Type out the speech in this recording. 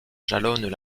jalonnent